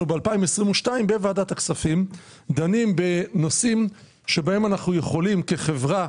ב-2022 בוועדת הכספים דנים בנושאים שבהם אנחנו יכולים כחברה,